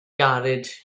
garej